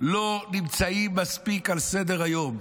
לא נמצאים מספיק על סדר-היום,